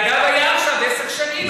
היה עכשיו עשר שנים,